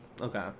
Okay